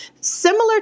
similar